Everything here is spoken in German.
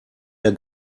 der